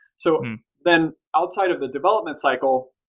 so then, outside of the development cycle,